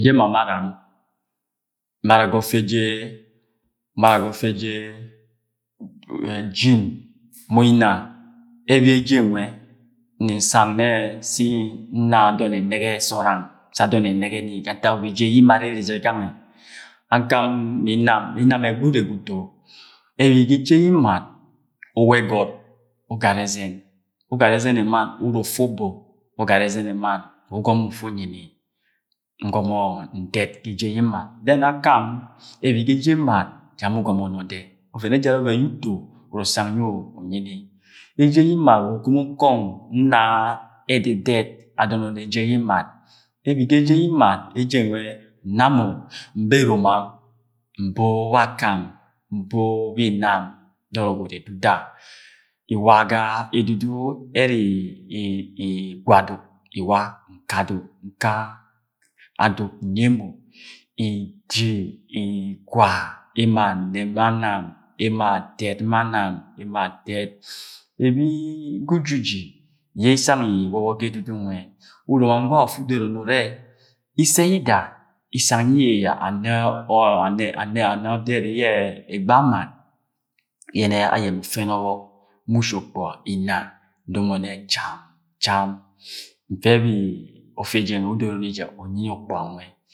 Eje emamaram, nmara ga ọfẹ eje nmara ga ọfẹ eje jin ma Inna ẹbi eje nwẹ nni nsang nne si nna adọn ẹnẹge gọọd am sẹ adọn ẹnẹgẹ ni ga ntak wa eje yi nmad ere jẹ gangẹ, akam ma Inam, Inam ga ẹgbẹ urre ga utu ẹbi ga eje yi nmad uwa ẹgọt ugara ẹzẹn, ugara ẹzẹn ẹmann uru ufẹ ubuu ugara ẹzẹn ẹmann mu ugọm mọ ufu unyi ni ngọmọ ndẹd ga eje yi nmad, dẹn akam ẹbi ga eje yi nmad ja mọ ugọm una ọdẹd ọvẹn ẹjarẹ ọvẹn yẹ uto uru usang yẹ anyi ni eje yi nmad wa okomo kọng nna ededed ad ọn ọnnẹ eje yi nmad, ẹbi ga eje yi nmad eje nwẹ nna mọ nbo eromam nbo wakam, nbo bi Inam nọrọ gwud iduda iwa ga edudu iri igwa aduk, iwa nka aduk, nka aduk nyi emo, ijii Igwa emo anẹp ma nam emo adẹd ma nam emo adẹd ẹbi ga ujiji yi Isang Iwọbọ gu ẹdudu nwẹ uromam gwa ufu udoro ni irrẹ, Issẹ yida Isang yi ana ọdẹd yẹ ẹgbe amad yẹnẹ ayẹ mu ufẹ ni ọbọk ma ushi ukpuga Inna ndọd mọ nnẹ cham, cham, ẹfẹ ẹbi ọfẹ eje nwẹ udoro ni je unyi ni ukpuga nwẹ.